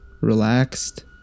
relaxed